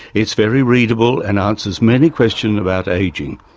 it's very readable and answers many questions about ageing.